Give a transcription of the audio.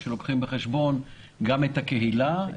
כשלוקחים בחשבון גם את הקהילה,